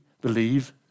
believe